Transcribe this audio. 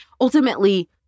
ultimately